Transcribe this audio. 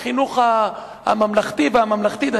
כיתה ז' בחינוך הממלכתי והממלכתי-דתי,